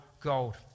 gold